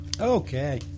Okay